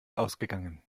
ausgegangen